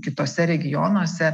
kituose regionuose